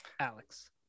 Alex